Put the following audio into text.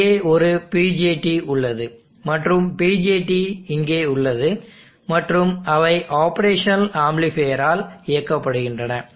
இங்கே ஒரு BJT உள்ளது மற்றொரு BJT இங்கே உள்ளது மற்றும் அவை ஆப்ரேஷனல் ஆம்ப்ளிஃபையரால் இயக்கப்படுகின்றன